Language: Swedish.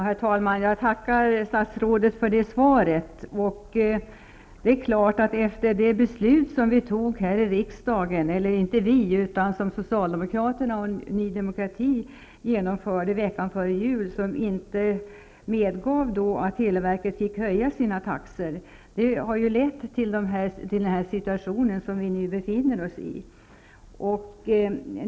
Herr talman! Jag tackar statsrådet för svaret. Det beslut som socialdemokraterna och Ny Demokrati fattade veckan före jul och som inte medgav att televerket fick höja sina taxor, har naturligtvis lett till den situation som vi nu befinner oss i.